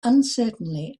uncertainly